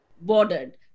bordered